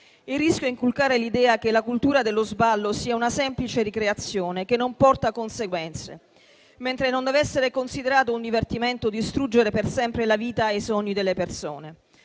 il rischio di inculcare l'idea che la cultura dello sballo sia una semplice ricreazione che non porta conseguenze, mentre non deve essere considerato un divertimento distruggere per sempre la vita e i sogni delle persone.